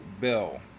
bill